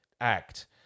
act